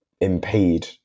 impede